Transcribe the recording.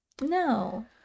no